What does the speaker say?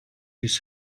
ریز